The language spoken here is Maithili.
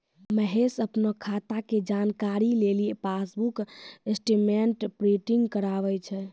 महेश अपनो खाता के जानकारी लेली पासबुक स्टेटमेंट प्रिंटिंग कराबै छै